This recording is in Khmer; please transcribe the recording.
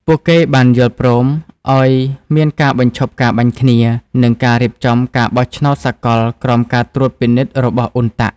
ពួកគេបានយល់ព្រមឱ្យមានការបញ្ឈប់ការបាញ់គ្នា និងការរៀបចំការបោះឆ្នោតសកលក្រោមការត្រួតពិនិត្យរបស់អ៊ុនតាក់ (UNTAC)។